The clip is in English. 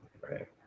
right